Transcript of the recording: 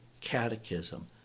Catechism